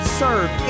serve